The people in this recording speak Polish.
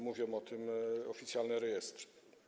Mówią o tym oficjalne rejestry.